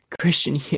Christian